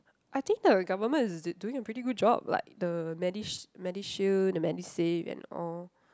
I think the government is d~ doing a pretty good job like the Medish~ MediShield the MediSave and all